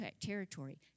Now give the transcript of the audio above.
territory